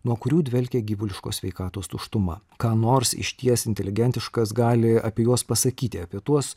nuo kurių dvelkė gyvuliškos sveikatos tuštuma ką nors išties inteligentiškas gali apie juos pasakyti apie tuos